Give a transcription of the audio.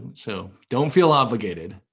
so, don't feel obligated.